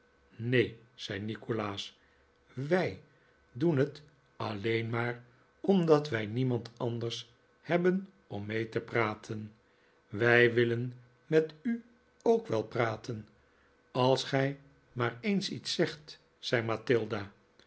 neen zei nikolaas wij doen het alleen maar omdat wij niemand anders hebben om mee te praten wij willen met u ook wel praten als gij maar eens iets zegt zei